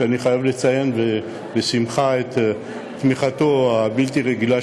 אני חייב לציין בשמחה את תמיכתו הבלתי-רגילה